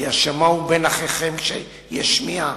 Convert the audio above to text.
כי שמוע בין אחיכם, כשישמיע.